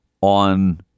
on